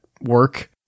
work